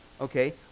Okay